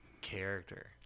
character